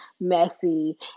messy